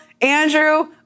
Andrew